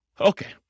Okay